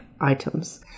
items